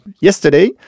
yesterday